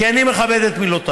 כי אני מכבד את מילותיי.